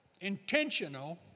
intentional